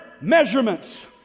measurements